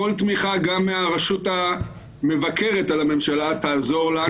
כל תמיכה, גם מהרשות המבקרת על הממשלה, תעזור לנו.